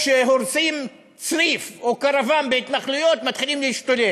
כשהורסים צריף או קרוון בהתנחלויות מתחילים להשתולל.